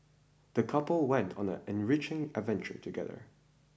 the couple went on an enriching adventure together